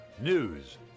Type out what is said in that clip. News